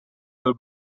del